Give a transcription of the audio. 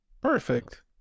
Perfect